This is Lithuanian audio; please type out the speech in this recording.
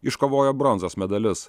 iškovojo bronzos medalius